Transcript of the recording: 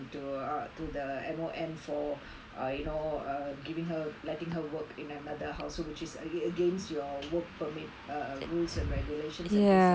uh to the M_O_M for uh you know uh giving her letting her work in another household which is against against your work permit uh rules and regulations